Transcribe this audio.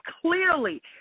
clearly